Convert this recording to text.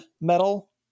metal